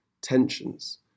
tensions